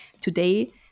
Today